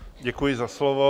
Děkuji za slovo.